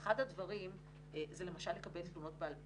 אחד הדברים זה למשל לקבל תלונות בעל פה.